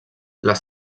les